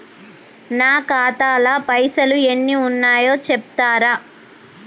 నా ఖాతా లా పైసల్ ఎన్ని ఉన్నాయో చెప్తరా?